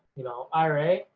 you know, ira